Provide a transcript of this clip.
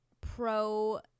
pro